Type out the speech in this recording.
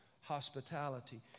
hospitality